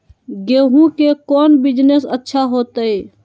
गेंहू के कौन बिजनेस अच्छा होतई?